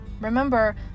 Remember